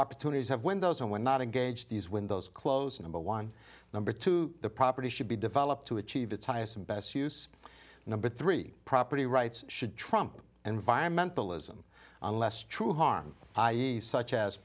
opportunities have windows and when not engage these when those close number one number two the property should be developed to achieve its highest and best use number three property rights should trump environmental ism unless true harm such as